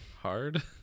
Hard